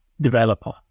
developer